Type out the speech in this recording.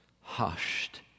hushed